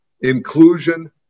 inclusion